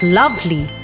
lovely